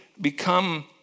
become